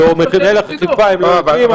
מנהל האכיפה הם לא יודעים,